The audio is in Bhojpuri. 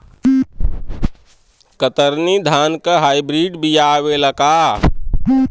कतरनी धान क हाई ब्रीड बिया आवेला का?